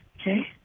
Okay